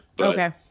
Okay